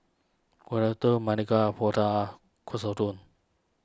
Gyudon Maili Kofta Katsudon